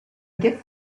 gift